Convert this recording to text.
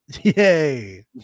yay